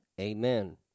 Amen